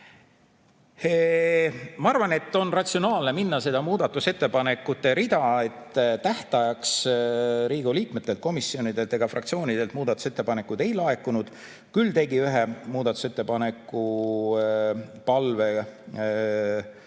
Ma arvan, et on ratsionaalne minna mööda muudatusettepanekute rida. Tähtajaks Riigikogu liikmetelt, komisjonidelt ega fraktsioonidelt muudatusettepanekuid ei laekunud. Küll tegi ühe muudatusettepaneku palve